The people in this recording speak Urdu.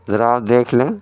ذرا آپ دیکھ لیں